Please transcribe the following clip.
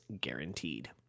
guaranteed